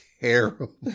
terrible